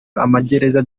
amagereza